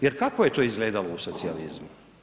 Jer kako je to izgledalo u socijalizmu?